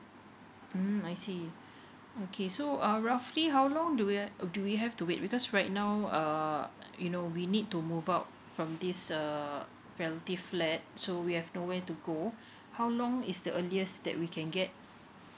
mm I see okay so uh roughly how long do we have do we have to wait because right now uh you know we need to move out from this uh relative flat so we have no where to go how long is the earliest that we can get